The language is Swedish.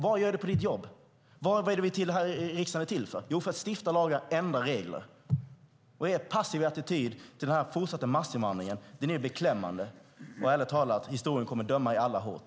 Vad gör han på sitt jobb? Vad är det riksdagen är till för? Jo, för att stifta lagar och ändra regler. Er passiva attityd till den fortsatta massinvandringen är beklämmande. Ärligt talat kommer historien att döma er alla hårt.